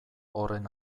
horren